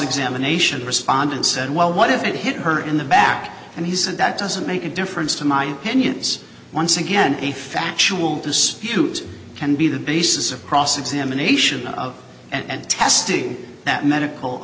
examination respondent said well what if it hit her in the back and he said that doesn't make a difference to my opinions once again a factual dispute can be the basis of cross examination and testing that medical